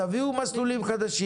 תביאו מסלולים חדשים,